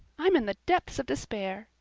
i'm in the depths of despair.